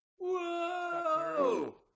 Whoa